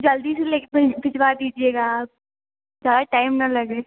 जल्दी से लेकर भिजवा दीजिएगा आप ज़्यादा टाइम ना लगे